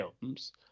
films